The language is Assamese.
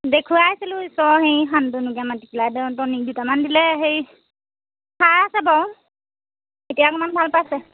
দেখুৱাইছিলোঁ ওচৰৰে হেৰি শান্তনুকে মাতি পেলাই তেওঁ ট'নিক দুটামান দিলে সেই চাই আছে বাৰু এতিয়া অকণমান ভাল পাইছে